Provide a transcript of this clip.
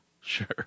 sure